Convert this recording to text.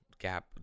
gap